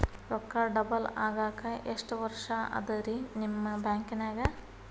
ರೊಕ್ಕ ಡಬಲ್ ಆಗಾಕ ಎಷ್ಟ ವರ್ಷಾ ಅದ ರಿ ನಿಮ್ಮ ಬ್ಯಾಂಕಿನ್ಯಾಗ?